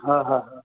हा हा